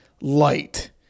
light